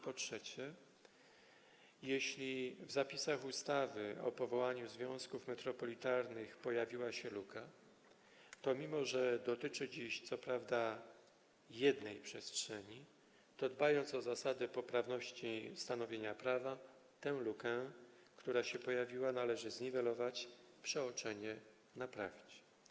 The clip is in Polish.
Po trzecie, jeśli w zapisach ustawy o powołaniu związków metropolitalnych pojawiła się luka, pomimo że dotyczy dziś, co prawda, jednej przestrzeni, to dbając o zasady poprawności stanowienia prawa, tę lukę, która się pojawiła, należy zniwelować, a przeoczenie naprawić.